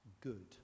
good